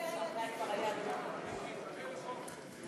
תוסיפי אותי.